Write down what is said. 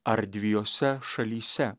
ar dviejose šalyse